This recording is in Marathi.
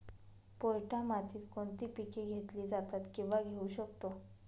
पोयटा मातीत कोणती पिके घेतली जातात, किंवा घेऊ शकतो?